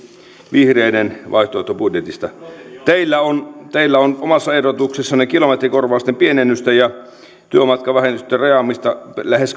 vihreiden vaihtoehtobudjetista teillä on teillä on omassa ehdotuksessanne kilometrikorvausten pienennystä ja työmatkavähennysten rajaamista lähes